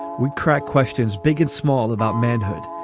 we crack questions big and small about manhood.